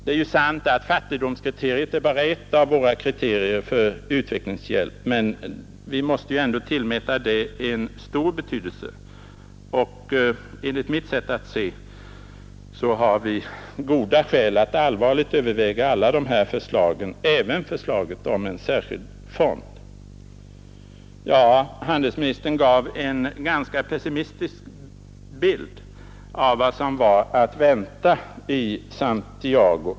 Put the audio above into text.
Det är ju sant att fattigdomskriteriet bara är ett av våra kriterier för utvecklingshjälp, men vi måste ju ändå tillmäta det en stor betydelse. Enligt mitt sätt att se har vi goda skäl att allvarligt överväga alla dessa förslag — även förslaget om en särskild fond. Handelsministern gav en ganska pessimistisk bild av vad som var att vänta i Santiago.